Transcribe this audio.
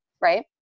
right